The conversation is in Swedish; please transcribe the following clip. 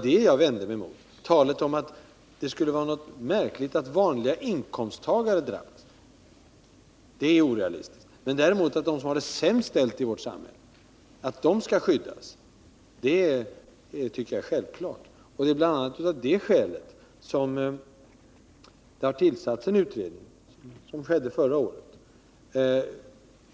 Däremot tycker jag det är självklart att de som har det sämst ställt i vårt samhälle skall skyddas. Det är bl.a. av det skälet som det förra året tillsattes en utredning